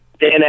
Dan